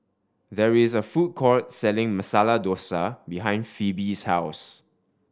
there is a food court selling Masala Dosa behind Phoebe's house